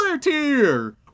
tier